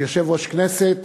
כיושב-ראש הכנסת